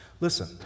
listen